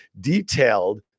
detailed